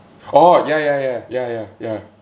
oh ya ya ya ya ya ya